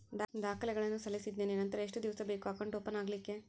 ದಾಖಲೆಗಳನ್ನು ಸಲ್ಲಿಸಿದ್ದೇನೆ ನಂತರ ಎಷ್ಟು ದಿವಸ ಬೇಕು ಅಕೌಂಟ್ ಓಪನ್ ಆಗಲಿಕ್ಕೆ?